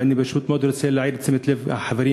ואני פשוט מאוד רוצה להעיר את תשומת לב החברים